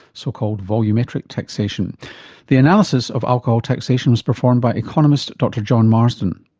so-called volumetric taxation the analysis of alcohol taxation was performed by economist dr john marsden.